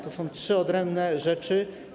To są trzy odrębne rzeczy.